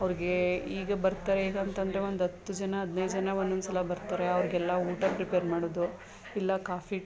ಅವ್ರಿಗೆ ಈಗ ಬರ್ತಾರೆ ಹೇಗಂತ ಅಂದ್ರೆ ಒಂದತ್ತು ಜನ ಹದಿನೈದು ಜನ ಒಂದೊದ್ಸಲ ಬರ್ತಾರೆ ಅವ್ರಿಗೆಲ್ಲ ಊಟ ಪ್ರಿಪೇರ್ ಮಾಡೋದು ಇಲ್ಲ ಕಾಫಿ